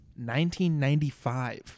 1995